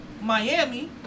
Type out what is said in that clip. Miami